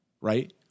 right